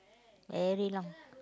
very long